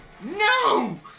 No